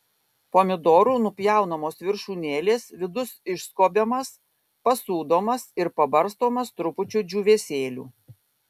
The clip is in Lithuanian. pomidorų nupjaunamos viršūnėlės vidus išskobiamas pasūdomas ir pabarstomas trupučiu džiūvėsėlių